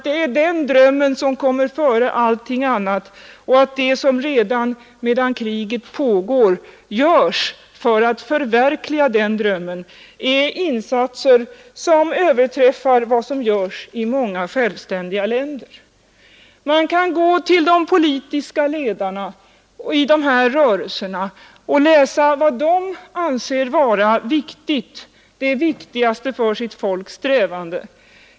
Det är den drömmen som kommer före allting annat, och det som redan medan kriget pågår görs för att förverkliga den drömmen är insatsen som överträffar vad som görs i många självständiga länder. Man kan gå till de politiska ledarna i de här rörelserna och lära vad de anser vara det viktigaste för sitt folks strävanden.